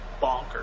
bonkers